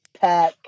pack